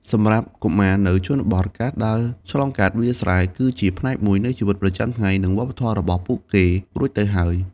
សម្រាប់កុមារនៅជនបទ ការដើរឆ្លងកាត់វាលស្រែគឺជាផ្នែកមួយនៃជីវិតប្រចាំថ្ងៃ និងវប្បធម៌របស់ពួកគេរួចទៅហើយ។